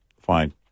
fine